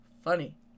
funny